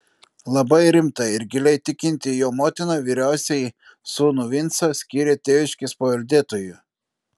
labai rimta ir giliai tikinti jo motina vyriausiąjį sūnų vincą skyrė tėviškės paveldėtoju